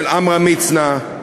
עמרם מצנע,